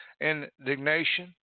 indignation